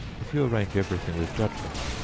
if you arrange every thing with judgment,